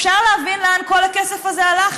אפשר להבין לאן כל הכסף הזה הלך?